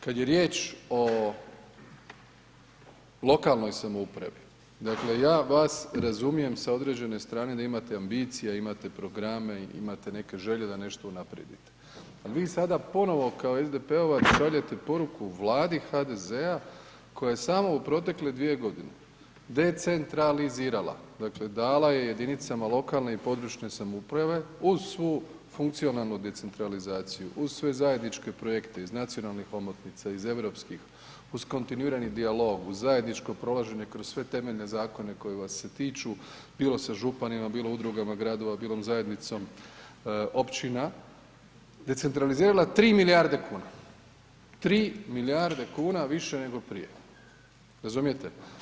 Kada je riječ o lokalnoj samoupravi, dakle ja vas razumijem s određene strane da imate ambicije, imate programe, imate neke želje da nešto unaprijedite, ali vi sada ponovno kao SDP-ovac šaljete poruku Vladi HDZ-a koja je sama u protekle dvije godine decentralizirala, dakle dala je jedinicama lokalne i područne samouprave uz svu funkcionalnu decentralizaciju, uz sve zajedničke projekte iz nacionalnih omotnica, iz europskih uz kontinuirani dijalog, uz zajedničko prolaženje kroz sve temeljene zakone kojih vas se tiču bilo sa županima, bilo udrugama gradova, bilo zajednicom općina decentralizirala 3 milijarde kune, 3 milijarde kuna više nego prije, razumijete.